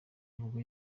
nibwo